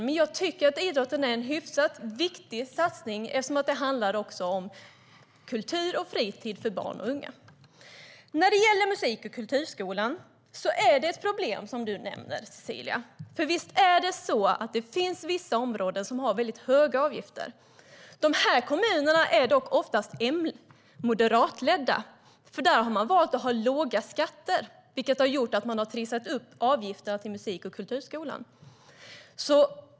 Men jag tycker att idrotten är en hyfsat viktig satsning, eftersom det också handlar om kultur och fritid för barn och unga. När det gäller musik och kulturskolan är det ett problem som du nämner, Cecilia. Visst finns det vissa områden där det är mycket höga avgifter. De kommunerna är dock oftast moderatledda. Där har man valt att ha låga skatter, vilket har gjort att man har trissat upp avgifterna till musik och kulturskolan.